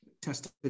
tested